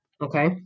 Okay